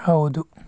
ಹೌದು